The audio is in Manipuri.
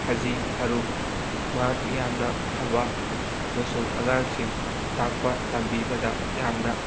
ꯍꯖꯤ ꯐꯔꯨꯛ ꯃꯍꯥꯛ ꯌꯥꯝꯅ ꯐꯕ ꯑꯃꯁꯨꯡ ꯑꯉꯥꯡꯁꯤꯡ ꯇꯥꯛꯄ ꯇꯝꯕꯤꯕꯗ ꯌꯥꯝꯅ